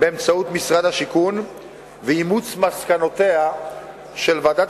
באמצעות משרד השיכון ואימוץ מסקנותיה של ועדת